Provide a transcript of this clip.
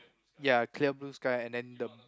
ya clear blue sky and then the